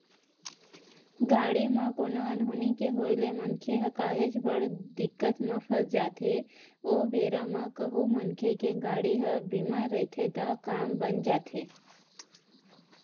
गाड़ी म कोनो अनहोनी के होय ले मनखे ह काहेच बड़ दिक्कत म फस जाथे ओ बेरा म कहूँ मनखे के गाड़ी ह बीमा रहिथे त काम बन जाथे